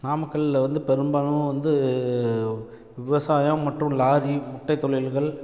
நாமக்கலில் வந்து பெரும்பாலும் வந்து விவசாயம் மற்றும் லாரி முட்டை தொழில்கள்